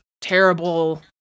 Terrible